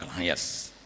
Yes